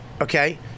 Okay